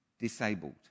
disabled